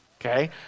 okay